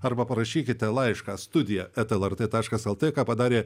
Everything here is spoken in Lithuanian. arba parašykite laišką studija eta lrt taškas lt ką padarė